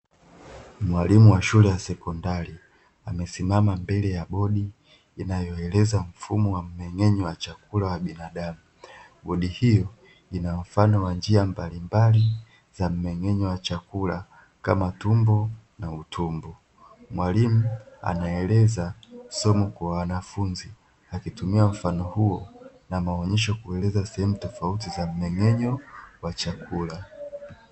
Mwalimu wa shule ya sekondari amesimama mbele ya bodi inayoeleza mfumo wa mmen'genyo wa chakula wa binadamu. Bodi hiyo ina mfano wa njia mbalimbali za mmen'genyo wa chakula kama tumbo na utumbo. Mwalimu anaeleza somo kwa wanafunzi akitumia mfano huo na maonyesho kueleza sehemu tofauti za mmen'genyo wa chakula.